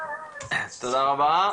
תודה רבה.